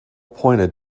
pointed